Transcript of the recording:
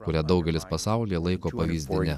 kurią daugelis pasaulyje laiko pavyzdine